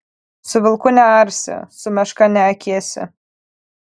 su vilku nearsi su meška neakėsi